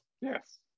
Yes